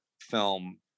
film